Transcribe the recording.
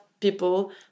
people